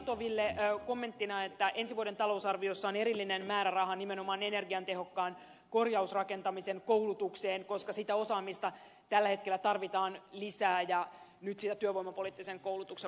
filatoville kommenttina että ensi vuoden talousarviossa on erillinen määräraha nimenomaan energiatehokkaan korjausrakentamisen koulutukseen koska sitä osaamista tällä hetkellä tarvitaan lisää ja nyt sitä työvoimapoliittisen koulutuksen muodossa tehdään